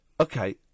Okay